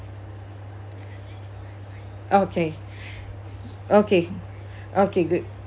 okay okay okay good